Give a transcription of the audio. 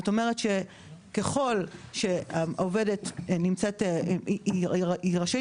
זאת אומרת שככל שהעובדת נמצאת היא רשאית